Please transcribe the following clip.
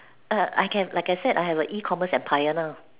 ah I can like I said I have a ecommerce empire now